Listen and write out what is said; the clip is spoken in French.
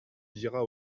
diras